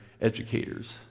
educators